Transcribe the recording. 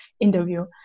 interview